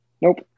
Nope